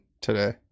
today